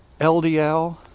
LDL